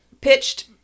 pitched